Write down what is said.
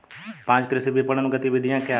पाँच कृषि विपणन गतिविधियाँ क्या हैं?